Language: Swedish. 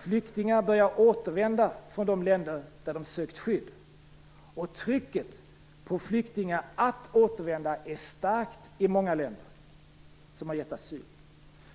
Flyktingar börjar återvända från de länder där de sökt skydd. Trycket på flyktingar att återvända är starkt i många länder som har givit asyl.